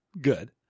Good